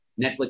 Netflix